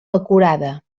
acurada